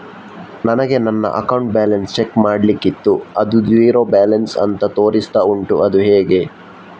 ನನಗೆ ನನ್ನ account balance check ಮಾಡ್ಲಿಕ್ಕಿತ್ತು ಅದು ಝೀರೋ ಬ್ಯಾಲೆನ್ಸ್ ಅಂತ ತೋರಿಸ್ತಾ ಉಂಟು ಅದು ಹೇಗೆ?